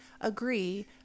agree